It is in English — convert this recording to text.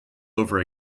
over